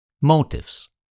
Motives